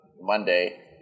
Monday